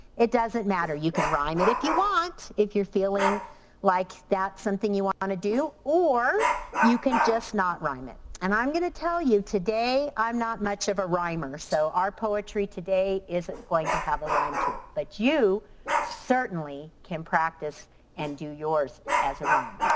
it doesn't matter. you can rhyme it if you want, if you're feeling like that's something you wanna do or you can just not rhyme it. and i'm gonna tell you today i'm not much of a rhymer so our poetry today is going to have a rhyme to it. but you certainly can practice and do yours as a rhyme.